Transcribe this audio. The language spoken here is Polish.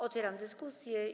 Otwieram dyskusję.